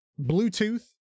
Bluetooth